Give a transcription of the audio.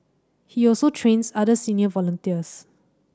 he also trains other senior volunteers